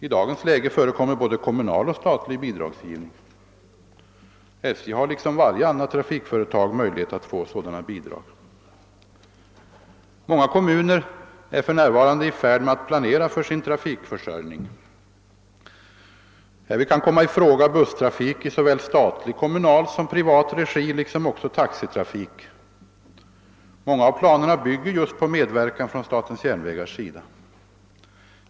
I dagens läge förekommer både kommunal och statlig bidragsgivning. SJ har liksom varje annat trafikföretag möjlighet att få sådana bidrag. Många kommuner är för närvarande i färd med att planera för sin trafikförsörjning. Härvid kan komma i fråga busstrafik i såväl statlig som kommunal och privat regi liksom även taxitrafik. Åtskilliga av planerna bygger just på medverkan från statens järnvägars sida.